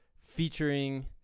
featuring